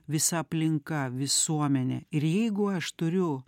visa aplinka visuomenė ir jeigu aš turiu